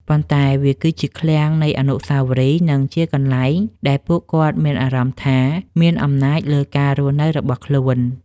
ប៉ុន្តែវាគឺជាឃ្លាំងនៃអនុស្សាវរីយ៍ និងជាកន្លែងដែលពួកគាត់មានអារម្មណ៍ថាមានអំណាចលើការរស់នៅរបស់ខ្លួន។